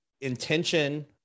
intention